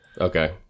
Okay